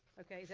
okay, yeah